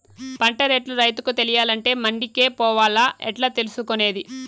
పంట రేట్లు రైతుకు తెలియాలంటే మండి కే పోవాలా? ఎట్లా తెలుసుకొనేది?